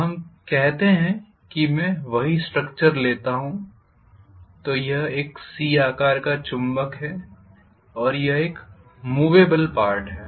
तो हम कहते हैं कि मैं वही स्ट्रक्चर लेता हूं तो यह एक "C" आकार का चुंबक है और यह एक मूवेबल पार्ट है